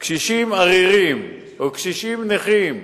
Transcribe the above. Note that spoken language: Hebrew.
קשישים עריריים, או קשישים נכים,